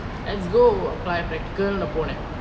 let's go apply practical போனேன்:ponen